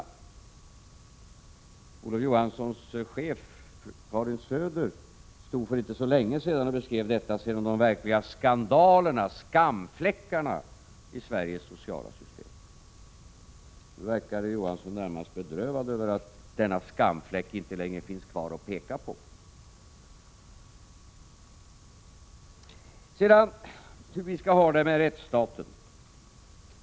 Men Olof Johanssons chef Karin Söder stod för inte så länge sedan och beskrev detta som en av de verkliga skandalerna och skamfläckarna i Sveriges sociala system. Nu verkade Olof Johansson närmast bedrövad över att denna skamfläck inte längre finns kvar att peka på. Hur skall vi ha det med rättsstaten?